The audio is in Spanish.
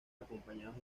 acompañados